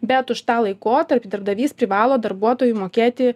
bet už tą laikotarpį darbdavys privalo darbuotojui mokėti